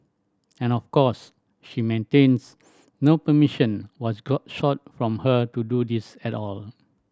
and of course she maintains no permission was sought from her to do this at all